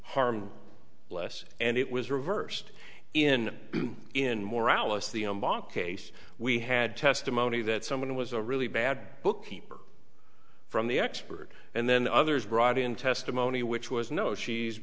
harmed less and it was reversed in in morales the a mock case we had testimony that someone was a really bad bookkeeper from the expert and then others brought in testimony which was no she's